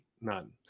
none